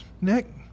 Nick